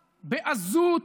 בעזות,